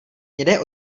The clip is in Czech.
hnědé